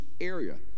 area